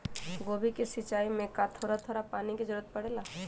गोभी के सिचाई में का थोड़ा थोड़ा पानी के जरूरत परे ला?